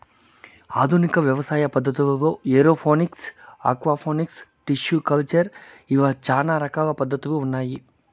ఆధునిక వ్యవసాయ పద్ధతుల్లో ఏరోఫోనిక్స్, ఆక్వాపోనిక్స్, టిష్యు కల్చర్ ఇలా చానా రకాల పద్ధతులు ఉన్నాయి